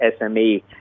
SME